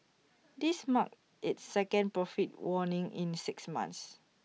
this marked its second profit warning in six months